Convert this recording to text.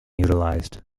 utilized